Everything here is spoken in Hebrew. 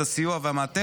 את הסיוע והמעטפת.